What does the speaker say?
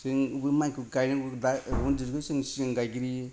जोंबो माइखौ गायनांगौबा रन्जितखौ जों सिगां गायग्रोयो